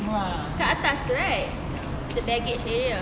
kat right the baggage area